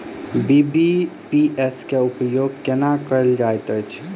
BBPS केँ उपयोग केना कएल जाइत अछि?